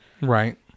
right